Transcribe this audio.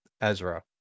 Ezra